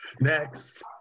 Next